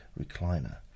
recliner